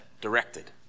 directed